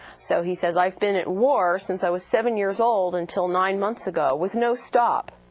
so he says, i've been at war since i was seven years old until nine months ago with no stop,